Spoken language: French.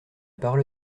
parole